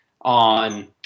on